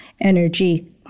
energy